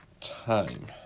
time